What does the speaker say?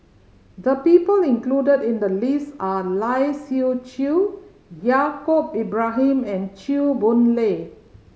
the people included in the list are Lai Siu Chiu Yaacob Ibrahim and Chew Boon Lay